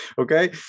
Okay